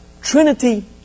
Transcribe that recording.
Trinity